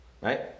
right